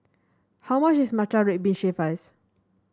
how much is Matcha Red Bean Shaved Ice